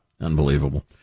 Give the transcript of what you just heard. unbelievable